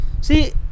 See